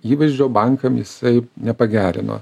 įvaizdžio bankam jisai nepagerino